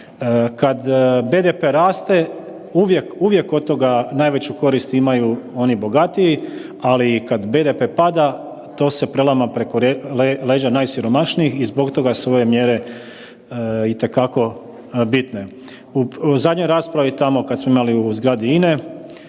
Kad BDP raste, uvijek od toga najveću korist imaju oni bogatiji, ali i kad BDP pada, to se prelama preko leđa najsiromašnijih i zbog toga su ove mjere itekako bitne. U zadnjoj raspravi tamo kad smo imali u zgradi INA-e